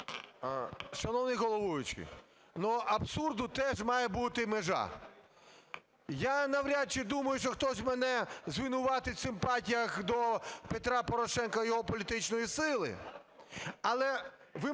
Шановний головуючий, абсурду теж має бути межа. Я навряд чи думаю, що хтось мене звинуватить в симпатіях до Петра Порошенка і його політичної сили,